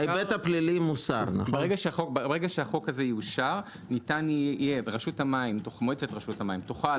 ברגע שהחוק יאושר מועצת רשות המים תוכל